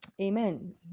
Amen